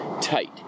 tight